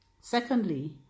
secondly